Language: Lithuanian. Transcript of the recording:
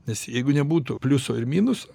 nes jeigu nebūtų pliuso ir minuso